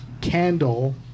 candle